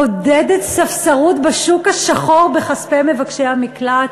מעודדת ספסרות בשוק השחור בכספי מבקשי המקלט?